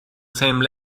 same